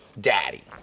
daddy